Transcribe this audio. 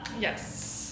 Yes